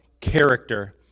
character